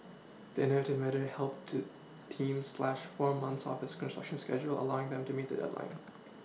the innovative method helped to team slash four months off its construction schedule allowing them to meet the deadline